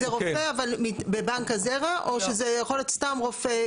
זה רופא אבל בבנק הזרע או שזה יכול להיות כל רופא,